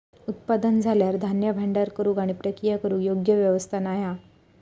उत्पादन झाल्यार धान्य भांडार करूक आणि प्रक्रिया करूक योग्य व्यवस्था नाय हा